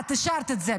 את אישרת את זה.